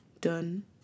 done